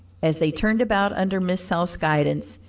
as they turned about under miss south's guidance,